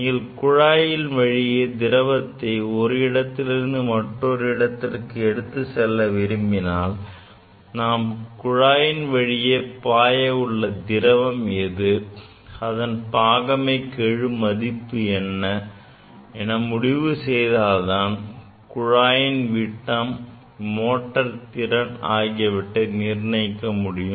நீங்கள் குழாயின் வழியே திரவத்தை ஒரு இடத்தில் இருந்து மற்றொரு இடத்திற்கு எடுத்துச் செல்ல விரும்பினால் நாம் குழாயின் வழியே பாய உள்ள திரவம் எது அதன் பாகமைகெழு மதிப்பு என்ன என்பதை முடிவு செய்தால்தான் குழாயின் விட்டம் மோட்டார் திறன் ஆகியவற்றை நிர்ணயிக்க முடியும்